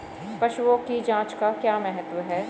पशुओं की जांच का क्या महत्व है?